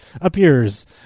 appears